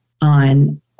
on